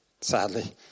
sadly